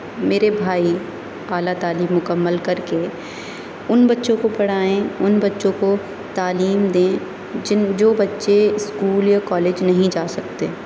میرے بھائی اعلیٰ تعلیم مکمل کر کے ان بچوں کو پڑھائیں ان بچوں کو تعلیم دیں جن جو بچے اسکول یا کالج نہیں جا سکتے